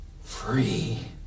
free